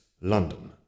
London